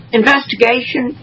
investigation